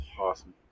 Awesome